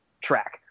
track